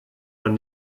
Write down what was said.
man